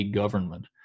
government